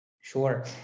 Sure